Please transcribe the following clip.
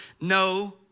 No